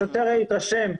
השוטר התרשם,